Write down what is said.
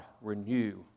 renew